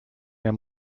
mehr